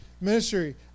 ministry